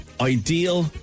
Ideal